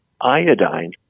iodine